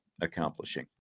accomplishing